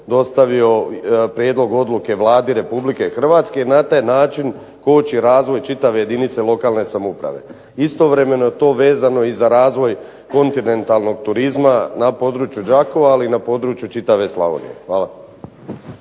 dostavio prijedlog odluke Vladi Republike Hrvatske i na taj način koči razvoj čitave jedinice lokalne samouprave. Istovremeno je to vezano i za razvoj kontinentalnog turizma na području Đakova ali i na području čitave Slavonije. Hvala.